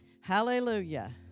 Hallelujah